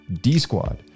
D-Squad